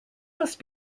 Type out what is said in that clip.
must